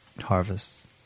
harvests